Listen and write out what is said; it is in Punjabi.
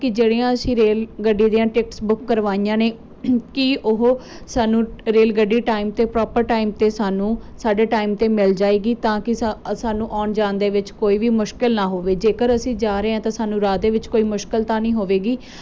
ਕਿ ਜਿਹੜੀਆਂ ਅਸੀਂ ਰੇਲ ਗੱਡੀ ਦੀਆਂ ਟਿਕਟਸ ਬੁੱਕ ਕਰਵਾਈਆਂ ਨੇ ਕੀ ਉਹ ਸਾਨੂੰ ਰੇਲ ਗੱਡੀ ਟਾਈਮ 'ਤੇ ਪ੍ਰੋਪਰ ਟਾਈਮ 'ਤੇ ਸਾਨੂੰ ਸਾਡੇ ਟਾਈਮ 'ਤੇ ਮਿਲ ਜਾਵੇਗੀ ਤਾਂ ਕਿ ਸ ਸਾਨੂੰ ਆਉਣ ਜਾਣ ਦੇ ਵਿੱਚ ਕੋਈ ਵੀ ਮੁਸ਼ਕਲ ਨਾ ਹੋਵੇ ਜੇਕਰ ਅਸੀਂ ਜਾ ਰਹੇ ਹਾਂ ਤਾਂ ਸਾਨੂੰ ਰਾਹ ਦੇ ਵਿੱਚ ਕੋਈ ਮੁਸ਼ਕਲ ਤਾਂ ਨਹੀਂ ਹੋਵੇਗੀ